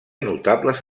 notables